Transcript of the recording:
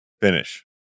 finish